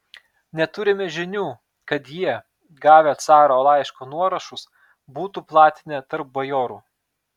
neturime žinių kad jie gavę caro laiško nuorašus būtų platinę tarp bajorų